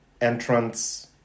entrance